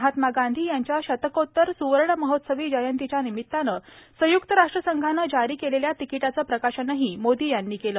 महात्मा गांधी यांच्या शतकोत्तर सुवर्ण महोत्सवी जयंतीच्या निमित्तानं संयुक्त राष्ट्र संघानं जारी केलेल्या तिकिटाचं प्रकाशनही मोदी यांनी केलं